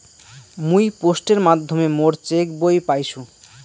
মুই পোস্টের মাধ্যমে মোর চেক বই পাইসু